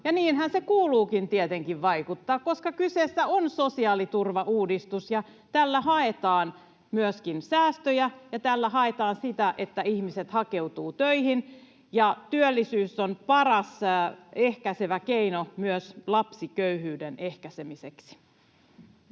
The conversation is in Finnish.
niinhän sen kuuluukin tietenkin vaikuttaa, koska kyseessä on sosiaaliturvauudistus ja tällä haetaan myöskin säästöjä ja tällä haetaan sitä, että ihmiset hakeutuvat töihin. Työllisyys on paras ehkäisevä keino myös lapsiköyhyyden ehkäisemiseksi.